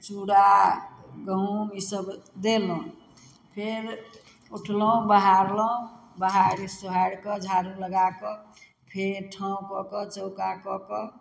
चुरा गहूँम ई सब देलहुँ फेर उठलहुँ बहारलहुँ बहारि सोहारि कऽ झारू लगा कऽ फेर ठाँव कऽ कऽ चौका कऽ कऽ